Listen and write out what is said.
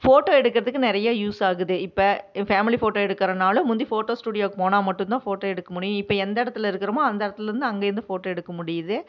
photo எடுக்கிறதுக்கு நிறைய use ஆகுது இப்போ ஃபேமிலி ஃபோட்டோ எடுக்கிறனாலும் முந்தி ஃபோட்டோ ஸ்டுடியோவுக்கு போனால் மட்டும் தான் ஃபோட்டோ எடுக்க முடியும் இப்போ எந்த எடத்தில் இருக்குறமோ அந்த இடத்துலேருந்து அங்கேயிருந்து ஃபோட்டோ எடுக்க முடியுது